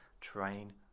train